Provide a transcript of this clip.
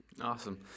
Awesome